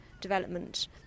development